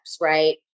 right